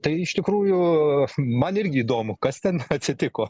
tai iš tikrųjų man irgi įdomu kas ten atsitiko